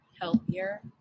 healthier